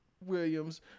Williams